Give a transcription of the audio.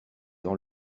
dans